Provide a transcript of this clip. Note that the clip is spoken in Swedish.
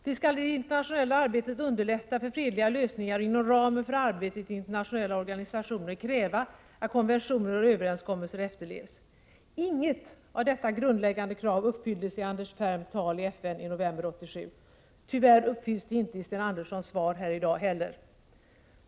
Vi skall i det internationella arbetet underlätta för fredliga lösningar och inom ramen för arbetet i internationella organisationer kräva att konventioner och överenskommelser efterlevs. Inget av dessa grundläggande krav uppfylles i Anders Ferms tal i FN i november 1987. Tyvärr uppfylls det inte heller i Sten Anderssons svar här i dag.